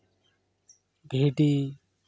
ᱵᱷᱤᱰᱤ